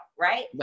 right